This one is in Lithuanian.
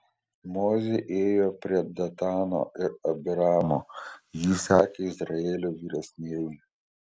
mozė ėjo prie datano ir abiramo jį sekė izraelio vyresnieji